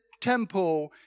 temple